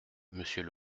monsieur